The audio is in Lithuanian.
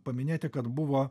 paminėti kad buvo